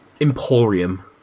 Emporium